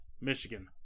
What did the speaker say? Michigan